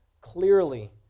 clearly